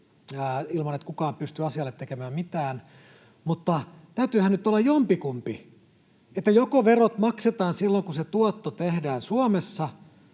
ilman että kukaan pystyi asialle tekemään mitään. Mutta täytyyhän nyt olla jompikumpi: joko verot maksetaan silloin, kun se tuotto tehdään Suomessa,